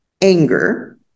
anger